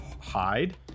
hide